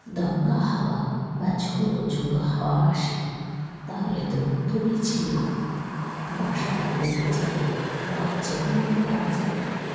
দমকা হাওয়া বা ঝোড়ো ঝোড়ো হাওয়া আসে তাহলে তো দড়ি ছিঁড়ে বাসাটা পড়েই যাবে বাচ্চাগুলোও মারা যাবে